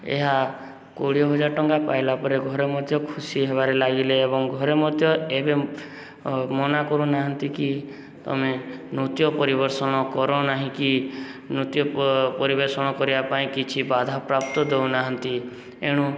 ଏହା କୋଡ଼ିଏ ହଜାର ଟଙ୍କା ପାଇଲା ପରେ ଘରେ ମଧ୍ୟ ଖୁସି ହେବାରେ ଲାଗିଲେ ଏବଂ ଘରେ ମଧ୍ୟ ଏବେ ମନା କରୁନାହାନ୍ତି କି ତୁମେ ନୃତ୍ୟ ପରିବେଷଣ କର ନାହିଁକ ନୃତ୍ୟ ପରିବେଷଣ କରିବା ପାଇଁ କିଛି ବାଧାପ୍ରାପ୍ତ ଦେଉନାହାନ୍ତି ଏଣୁ